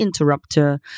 interrupter